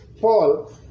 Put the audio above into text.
Paul